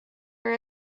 for